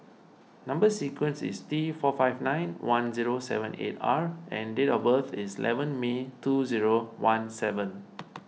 Number Sequence is T four five nine one zero seven eight R and date of birth is eleven May two zero one seven